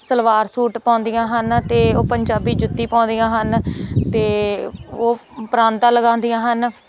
salwar suit ਪਾਉਂਦੀਆਂ ਹਨ ਅਤੇ ਉਹ ਪੰਜਾਬੀ ਜੁੱਤੀ ਪਾਉਂਦੀਆਂ ਹਨ ਅਤੇ ਉਹ ਪਰਾਂਦਾ ਲਗਾਉਂਦੀਆਂ ਹਨ